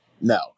No